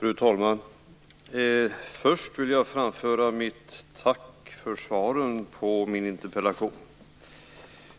Fru talman! Först vill jag framföra mitt tack för svaret på min interpellation.